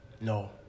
No